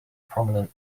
prominent